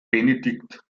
benedikt